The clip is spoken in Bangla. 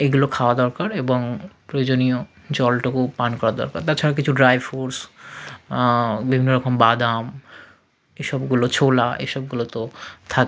এইগুলো খাওয়া দরকার এবং প্রয়োজনীয় জলটুকুও পান করার দরকার তাছাড়া কিছু ড্রাই ফ্রুটস বিভিন্ন রকম বাদাম এসবগুলো ছোলা এসবগুলো তো থাকে